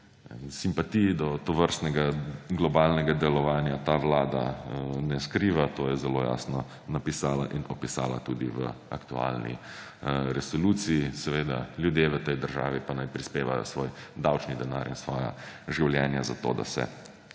Simpatij do tovrstnega globalnega delovanja ta vlada ne skriva. To je zelo jasno napisala in opisala tudi v aktualni resoluciji, seveda ljudje v tej državi pa naj prispevajo svoj davčni denar in svoja življenja za to, da se